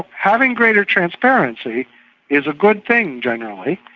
having greater transparency is a good thing, generally,